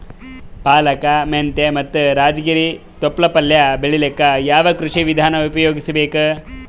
ಪಾಲಕ, ಮೆಂತ್ಯ ಮತ್ತ ರಾಜಗಿರಿ ತೊಪ್ಲ ಪಲ್ಯ ಬೆಳಿಲಿಕ ಯಾವ ಕೃಷಿ ವಿಧಾನ ಉಪಯೋಗಿಸಿ ಬೇಕು?